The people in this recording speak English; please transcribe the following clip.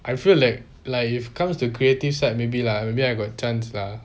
I feel like like if comes to creative side maybe lah maybe I got chance lah